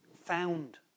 found